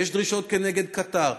ויש דרישות כנגד קטאר,